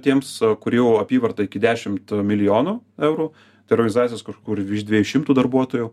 tiems kurių apyvarta iki dešimt milijonų eurų tai organizacijos kažkur virš dviejų šimtų darbuotojų